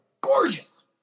Gorgeous